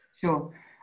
Sure